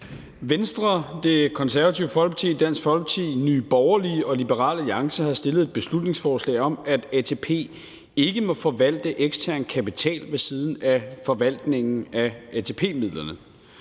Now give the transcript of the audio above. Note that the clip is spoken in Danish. Venstre, Det Konservative Folkeparti, Dansk Folkeparti, Nye Borgerlige og Liberal Alliance har fremsat et beslutningsforslag om, at ATP ikke må forvalte ekstern kapital ved siden af forvaltningen af ATP-midlerne.